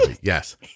Yes